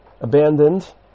abandoned